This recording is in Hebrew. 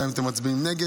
גם אם אתם מצביעים נגד.